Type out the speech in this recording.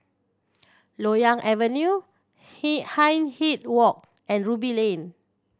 Loyang Avenue Hindhede Walk and Ruby Lane